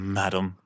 madam